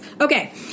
Okay